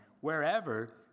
wherever